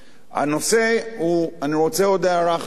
אני רוצה עוד הערה אחת להעיר.